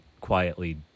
quietly